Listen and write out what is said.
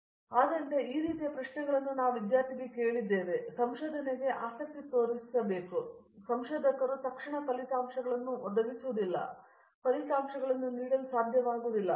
ವಿಶ್ವನಾಥನ್ ಆದ್ದರಿಂದ ಈ ರೀತಿಯ ಪ್ರಶ್ನೆಗಳನ್ನು ನಾವು ವಿದ್ಯಾರ್ಥಿಗಳಿಗೆ ಕೇಳಿದ್ದೇವೆ ಮತ್ತು ಸಂಶೋಧನೆಗೆ ಆಸಕ್ತಿ ತೋರಿಸುತ್ತೇವೆ ಏಕೆಂದರೆ ಈ ಸಂಶೋಧಕರು ತಕ್ಷಣ ಫಲಿತಾಂಶಗಳನ್ನು ಒದಗಿಸುವುದಿಲ್ಲ ಅಥವಾ ಫಲಿತಾಂಶಗಳನ್ನು ನೀಡುವುದಿಲ್ಲ